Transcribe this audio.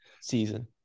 season